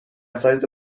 سایز